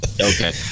okay